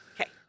Okay